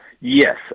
Yes